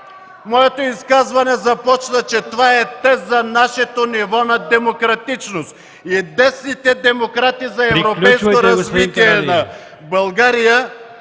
моето изказване започва, че това е тест за нашето ниво на демократичност и десните демократи за европейско развитие на България